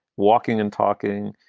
walking and talking.